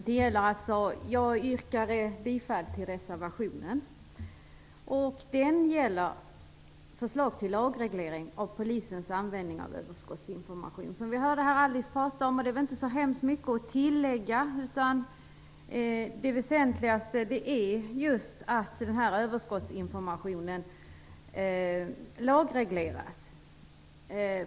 Fru talman! Jag yrkar bifall till reservationen. Den gäller förslag till lagreglering av polisens användning av överskottsinformation, som vi hörde Alice Åström prata om här. Det är väl inte så mycket att tillägga. Det väsentligaste är att användningen av överskottsinformationen lagregleras.